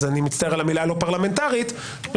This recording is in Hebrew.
אני מצטער על המילה הלא פרלמנטרית --- כל